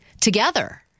together